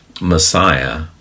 Messiah